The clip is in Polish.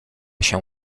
się